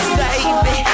baby